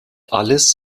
alles